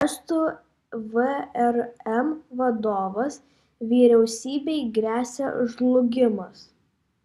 estų vrm vadovas vyriausybei gresia žlugimas